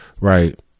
right